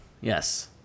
Yes